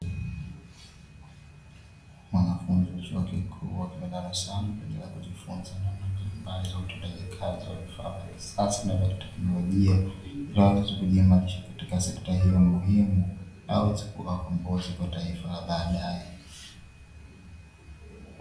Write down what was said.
Wanafunzi wa chuo kikuu wakiwa darasani, kwa ajili ya kujifunza namna mbalimbali za utendaji kazi wa vifaa vya kisasa na kiteknolojia, vinavyoweza kujiimarisha katika sekta hiyo muhimu, waweze kua mkombozi katika taifa la baadae.